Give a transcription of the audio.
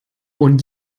und